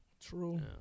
True